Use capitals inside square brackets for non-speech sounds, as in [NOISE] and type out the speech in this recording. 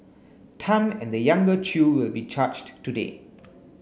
[NOISE] Tan and the younger Chew will be charged today